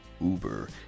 Uber